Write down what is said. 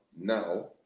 now